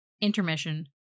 intermission